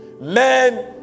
Men